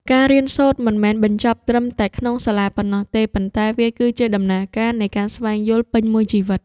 ការរៀនសូត្រមិនមែនបញ្ចប់ត្រឹមតែក្នុងសាលាប៉ុណ្ណោះទេ ប៉ុន្តែវាគឺជាដំណើរការនៃការស្វែងយល់ពេញមួយជីវិត។